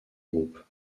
groupe